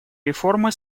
реформы